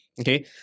Okay